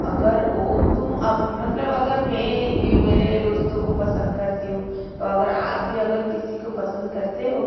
अगर वो तुम अब मतलब अगर मैं मेरे दोस्तों को पसंद करती हूँ तो अगर आप भी अगर किसी को पसंद करते हो